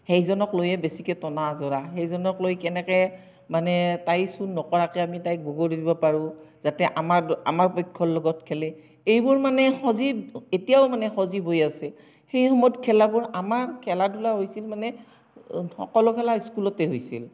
সেইজনক লৈয়ে বেছিকৈ টনা আঁজোৰা সেইজনক লৈ কেনেকৈ মানে তাই চুৰ নকৰাকৈ আমি তাইক বগৰী দিব পাৰোঁ যাতে আমাৰ আমাৰ পক্ষৰ লগত খেলে এইবোৰ মানে সজীৱ এতিয়াও মানে সজীৱ হৈ আছে সেই সময়ত খেলাবোৰ আমাৰ খেলা ধূলা হৈছিল মানে সকলো খেলা স্কুলতে হৈছিল